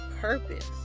purpose